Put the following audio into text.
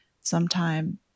sometime